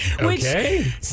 Okay